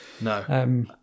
no